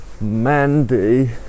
Mandy